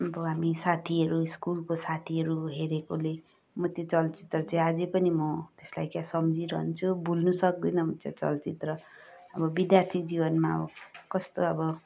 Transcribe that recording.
अब हामी साथीहरू स्कुलको साथीहरूले हेरेकोले म त्यो चलचित्र चाहिँ अझै पनि म त्यसलाई क्या सम्झी रहन्छु भुल्न सक्दिनँ म त्यो चलचित्र अब विद्यार्थी जीवनमा अब कस्तो अब